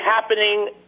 happening